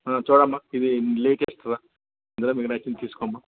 ఆ చూడు అమ్మా ఇది లేటెస్టు రా ఇందులో మీకు నచ్చింది తీసుకో అమ్మా